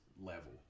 level